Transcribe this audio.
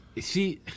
see